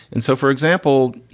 and so, for example,